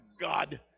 God